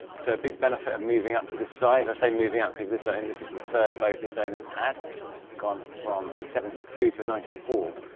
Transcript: so a big benefit of moving up to this size, i say moving up because this ah and this is the third boat this owner's had, he's gone from a seventy two, to a ninety four,